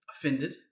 Offended